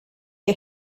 que